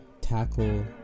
tackle